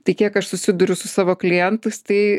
tai kiek aš susiduriu su savo klientais tai